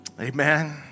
Amen